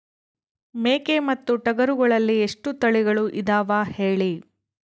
ಮೇಕೆ ಮತ್ತು ಟಗರುಗಳಲ್ಲಿ ಎಷ್ಟು ತಳಿಗಳು ಇದಾವ ಹೇಳಿ?